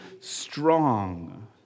strong